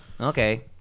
Okay